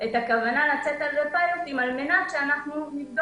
על הכוונה לצאת לפיילוט על מנת שהתחזיות